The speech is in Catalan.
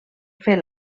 fer